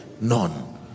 None